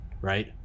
Right